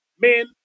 men